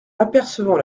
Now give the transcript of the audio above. apercevant